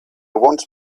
want